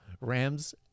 Rams